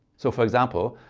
so, for example,